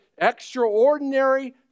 extraordinary